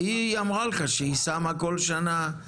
הכל חסום.